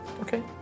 Okay